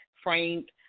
Framed